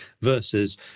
versus